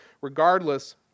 regardless